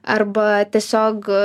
arba tiesiog